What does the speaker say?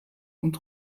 und